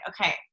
okay